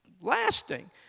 lasting